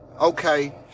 okay